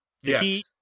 yes